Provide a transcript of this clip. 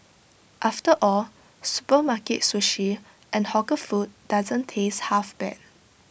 after all supermarket sushi and hawker food doesn't taste half bad